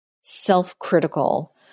self-critical